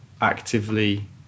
actively